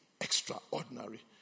extraordinary